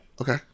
Okay